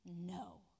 no